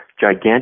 gigantic